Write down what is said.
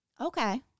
Okay